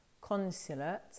consulate